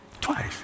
Twice